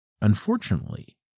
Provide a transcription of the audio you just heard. Unfortunately